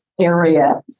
area